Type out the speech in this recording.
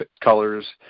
colors